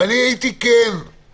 וכן הייתי מבקש,